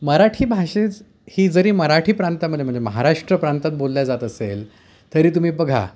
मराठी भाषेच् ही जरी मराठी प्रांतामध्ये म्हणजे महाराष्ट्र प्रांतात बोलल्या जात असेल तरी तुम्ही बघा